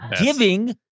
giving